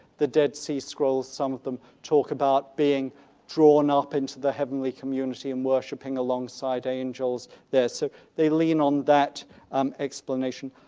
the dead sea scrolls, some of them talk about being drawn up into the heavenly community and worshiping alongside angels there, so they lean on that um explanation.